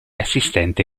assistente